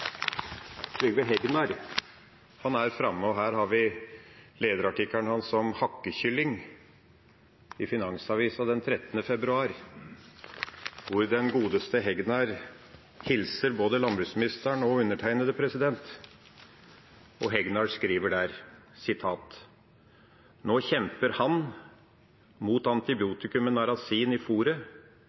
Trygve Hegnar er framme: Her har vi lederartikkelen hans «Hakkekylling» i Finansavisen den 13. februar, hvor den godeste Hegnar hilser både landbruksministeren og undertegnede. Hegnar skriver der: «Nå kjemper han mot antibiotikumet nasarin i foret,